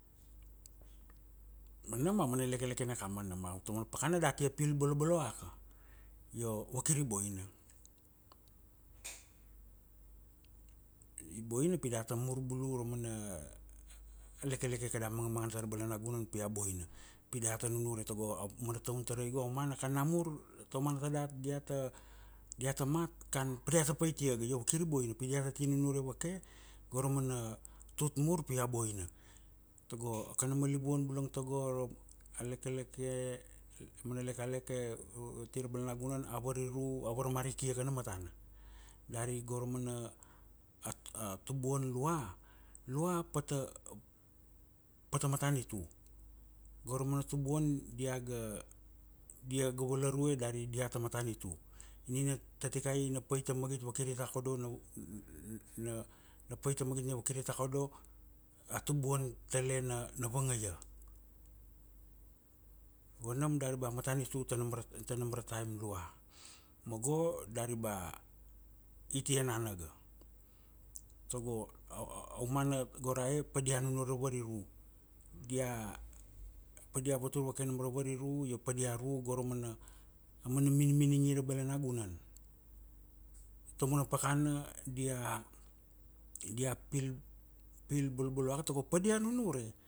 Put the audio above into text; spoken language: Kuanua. Ma nam amana lekelekene a kamana ma, taumana pakana da tia pil boloboloaka. Io, vakiri boina. I boina pi data mur bulu ra mana, lekeleke kada mangamangana tara balanagunan pi a boina. Pi da ta nunure tago aumana taun tarai go, aumana kanamur taumana tadat diata, diata mat, kan pa diata paitia ga. Io kiri boina pi diata ti nubure vake, go ra mana tut mur pi a boina. Tago kanam livuan bula tago, a lekelek, mana lekaleke, ati ra balanagunan. A variru, a varmari i ki a kanama tana. Dari go ra mana, a tubuan lua, lua pata, pata matanitu. Go ra mana tubuan dia ga, diaga valarue dari ba diat a matanitu. Nina tatikai na pait ta magit vakiri takodo, na, na pait ta magit nina vakiri takodo, a tubuan take na, na vangaia. Ma nam dari ba matanitu tanam ra, tanam ra taim lua. Ma go dari ba, itia enana ga. Tago, au- aumana go ra e, padia nunure ra variru. Dia, padia vatur vake nam ra variru, io padia ru go ra mana, amana miniminingi ra balanagunan. Taumana pakana, dia, dia pil, pil boloboloaka tago padia nunure.